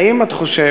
האם את חושבת,